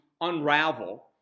unravel